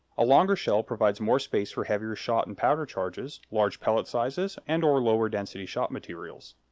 a longer shell provides more space for heavier shot and powder charges, large pellet sizes, and or lower-density shot materials.